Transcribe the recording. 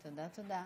תודה, תודה.